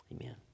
Amen